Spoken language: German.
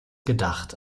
gedacht